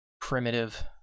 primitive